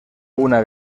una